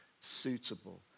suitable